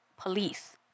police